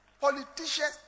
politicians